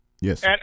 Yes